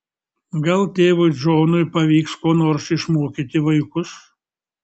gal tėvui džonui pavyks ko nors išmokyti vaikus